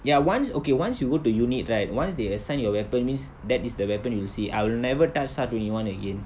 ya once okay once you go to unit right once they assign your weapon means that is the weapon you will see I'll never touch S_A_R twenty one again